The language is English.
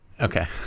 Okay